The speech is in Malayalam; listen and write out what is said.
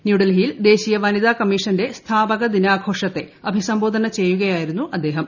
ന്യൂഡൽഹിയിൽ ദേശീയ വനിതാ കമ്മീഷന്റെ സ്ഥാപക ദിനാഘോഷത്തെ അഭിസംബോധന ചെയ്യുകയായിരുന്നു അദ്ദേഹം